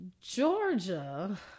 georgia